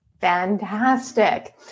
Fantastic